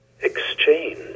exchange